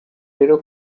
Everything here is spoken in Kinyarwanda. rero